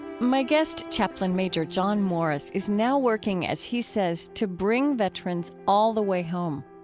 my guest, chaplain major john morris, is now working, as he says, to bring veterans all the way home.